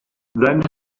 then